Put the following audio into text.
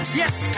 yes